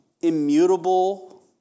immutable